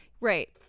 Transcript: right